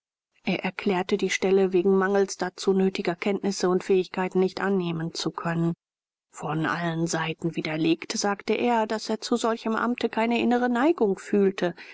er erklärte die stelle wegen mangels dazu nötiger kenntnisse und fähigkeit nicht annehmen zu können von allen seiten widerlegt sagte er daß er zu solchem amte keine innere neigung fühlte